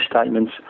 statements